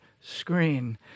screen